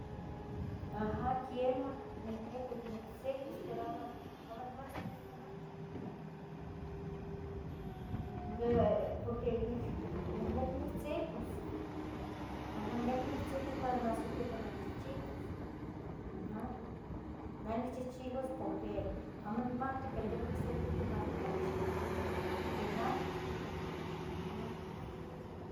Aha quiemah, nicniqui nictzicus pero amo amo nihmati aquih nun quimatih, aha de porque nicnequi nictzecus, aha niqui nictzecus para neh satepa neh chichiuas, aha, neh nicchihchias porque amo nicmati pero yeh acah ocsenteh quimati ocachi que naha aha.